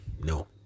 No